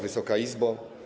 Wysoka Izbo!